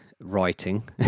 writing